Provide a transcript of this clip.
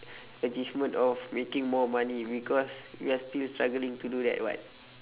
achievement of making more money because we are still struggling to do that [what]